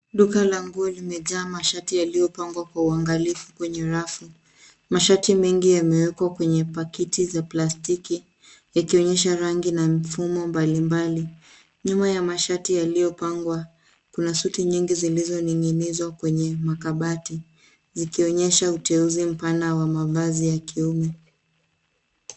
Duka la nguo limejaa mashati yaliyopangwa kwa uangalifu kwenye rafu, mashati mengi yamewekwa kwenye paketi za plastiki yakionyesha rangi na mfumo mbali mbali. Nyuma ya mashati yaliyo pangwa kuna suti nyingi zilizoning'inizwa kwenye makabati zikionyesha uteuzi mpana wa mavazi ya kiume.